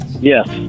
Yes